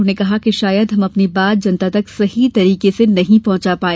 उन्होंने कहा कि शायद हम अपनी बात जनता तक सही तरीके से पहुंचा नहीं पाए